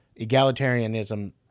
egalitarianism